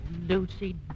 Lucy